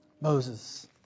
Moses